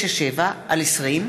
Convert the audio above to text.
יוסי יונה,